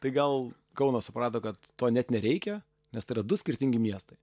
tai gal kaunas suprato kad to net nereikia nes tai yra du skirtingi miestai